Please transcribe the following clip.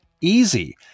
easy